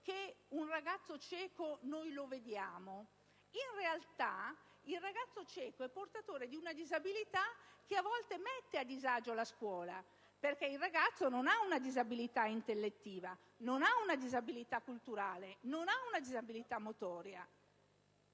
un ragazzo cieco; ma, in realtà, il ragazzo cieco è portatore di una disabilità che a volta mette a disagio la scuola, perché egli non ha una disabilità intellettiva, non ha una disabilità culturale e non ha una disabilità motoria.